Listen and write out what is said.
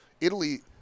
Italy